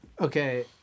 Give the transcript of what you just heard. Okay